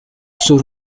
sus